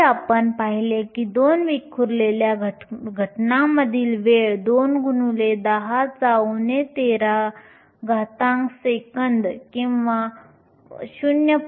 पूर्वी आपण पाहिले की दोन विखुरलेल्या घटनांमधील वेळ 2 x 10 13 सेकंद किंवा 0